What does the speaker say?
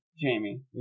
Jamie